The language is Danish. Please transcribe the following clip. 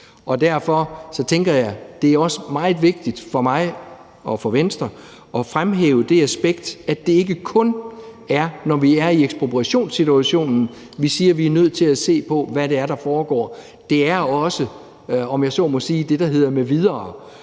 Derfor tænker jeg, at det også er meget vigtigt for mig og for Venstre at fremhæve det aspekt, at det ikke kun er, når vi er i ekspropriationssituationen, vi siger at vi er nødt til at se på, hvad det er, der foregår. Det er også – om jeg så må sige – det, der hedder »med videre«,